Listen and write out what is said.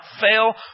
fail